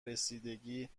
رسیدگی